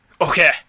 Okay